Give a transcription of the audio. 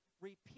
repeat